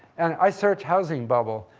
and i search housing bubble.